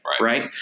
right